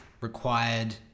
required